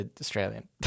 Australian